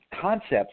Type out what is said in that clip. concepts